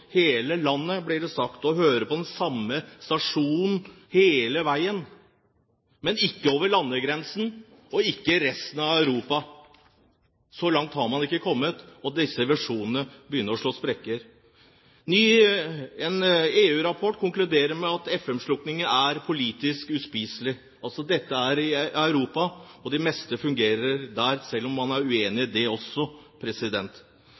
hele landet, blir det sagt, og høre på den samme stasjonen hele veien. Men ikke over landegrensen, og ikke i resten av Europa. Så langt har man ikke kommet, og disse visjonene begynner å slå sprekker. En EU-rapport konkluderer med at FM-slukkingen er politisk uspiselig i Europa, og det meste fungerer der, selv om man er uenig